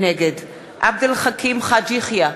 נגד עבד אל חכים חאג' יחיא,